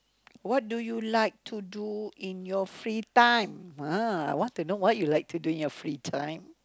what do you like to do in your free time ah I want to know what you like to do in your free time